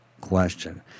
question